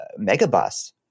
Megabus